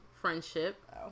friendship